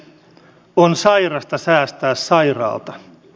on sairasta säästää sairaalta